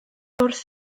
wrth